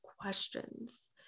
questions